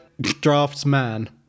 Draftsman